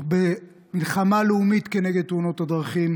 במלחמה לאומית נגד תאונות הדרכים